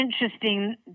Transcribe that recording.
interesting